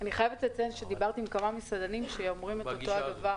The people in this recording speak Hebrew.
שמעתי כבר כמה מסעדנים שאוחזים בדעה